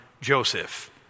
Joseph